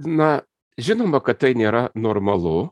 na žinoma kad tai nėra normalu